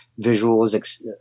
visuals